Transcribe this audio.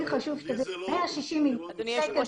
לי זה לא נראה כך.